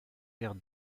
vers